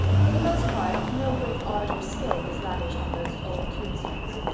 for the most part no great art or skill was lavished on those old tombstones.